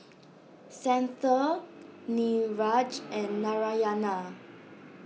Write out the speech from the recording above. Santha Niraj and Narayana